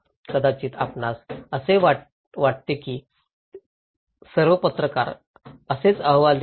कदाचित आपणास असे वाटते की सर्व पत्रकार असेच अहवाल देतील